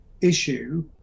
issue